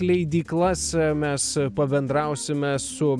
leidyklas mes pabendrausime su